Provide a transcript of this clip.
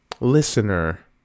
listener